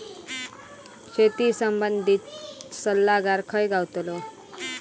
शेती संबंधित सल्लागार खय गावतलो?